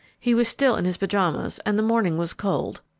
he was still in his pajamas and the morning was cold,